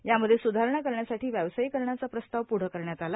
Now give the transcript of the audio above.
यामध्ये सुधारणा करण्यासाठी व्यावसायिकीकरणाचा प्रस्ताव पुढं करण्यात आला